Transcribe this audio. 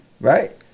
Right